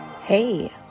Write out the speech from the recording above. Hey